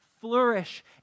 flourish